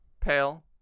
Pale